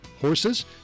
horses